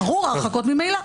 ברור, ההרחקות ממילא.